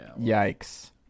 Yikes